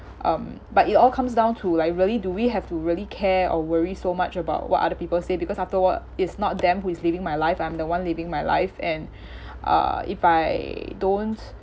um but it all comes down to like really do we have to really care or worry so much about what other people say because after all it's not them who is living my life I'm the one living my life and uh if I don't